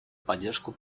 поддержку